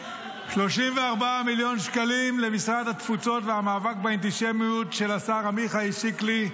34 מיליון שקלים למשרד התפוצות והמאבק באנטישמיות של השר עמיחי שקלי,